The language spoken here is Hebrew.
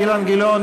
אילן גילאון,